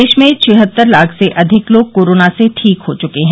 देश में छिहत्तर लाख से अधिक लोग कोरोना से ठीक हो चुके हैं